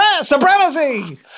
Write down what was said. supremacy